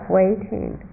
waiting